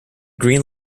green